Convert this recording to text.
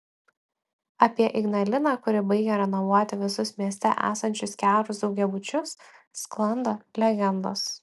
apie ignaliną kuri baigia renovuoti visus mieste esančius kiaurus daugiabučius sklando legendos